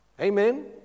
Amen